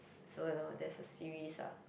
so you know there's a series lah